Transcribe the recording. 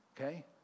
Okay